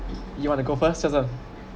you want to go first joseph